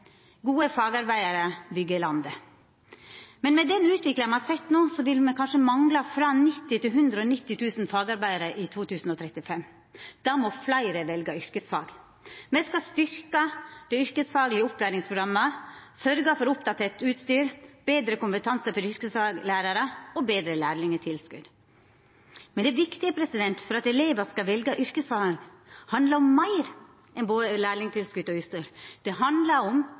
Gode fagarbeidarar byggjer landet. Med den utviklinga me har sett no, vil me kanskje mangla frå 90 000–190 000 fagarbeidarar i 2035. Då må fleire velja yrkesfag. Me skal styrkja dei yrkesfaglege opplæringsprogramma, sørgja for oppdatert utstyr, betre kompetanse for yrkesfaglærarar og betre lærlingstilskot. Det som er viktig for at elevar skal velja yrkesfag, handlar om meir enn både lærlingstilskot og utstyr. Det handlar om